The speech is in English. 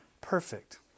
perfect